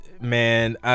man